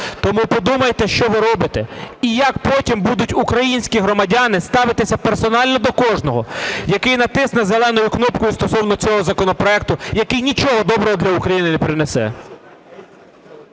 Тому подумайте, що ви робите і як потім будуть українські громадяни ставитись персонально до кожного, який натисне зелену кнопку стосовно цього законопроекту, який нічого доброго для України не принесе.